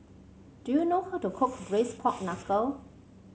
do you know how to cook Braised Pork Knuckle